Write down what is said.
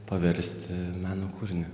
paversti meno kūriniu